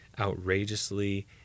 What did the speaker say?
outrageously